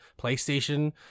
PlayStation